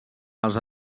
els